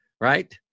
Right